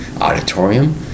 auditorium